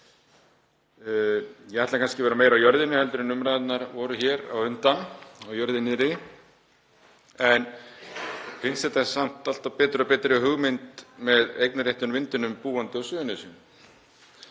Ég ætla kannski að vera meira á jörðinni heldur en umræðurnar voru hér á undan, á jörðu niðri. Mér finnst þetta samt alltaf betri og betri hugmynd með eignarréttinn að vindinum, búandi á Suðurnesjum,